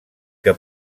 que